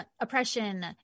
oppression